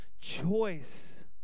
choice